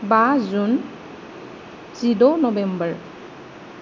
बा जुन जिद' नभेम्बर